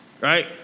right